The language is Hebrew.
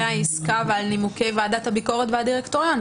העסקה ועל נימוקי ועדת הביקורת והדירקטוריון.